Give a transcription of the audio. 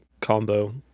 combo